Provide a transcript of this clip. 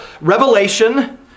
revelation